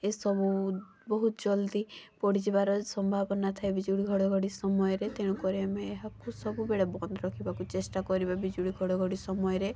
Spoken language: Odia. ଏସବୁ ବହୁତ ଜଲ୍ଦି ପୋଡ଼ିଯିବାର ସମ୍ଭାବନା ଥାଏ ବିଜୁଳି ଘଡ଼ଘ଼ଡ଼ି ସମୟରେ ତେଣୁକରି ଆମେ ଏହାକୁ ସବୁବେଳେ ବନ୍ଦ ରଖିବାକୁ ଚେଷ୍ଟା କରିବା ବିଜୁଳି ଘଡ଼ଘ଼ଡ଼ି ସମୟରେ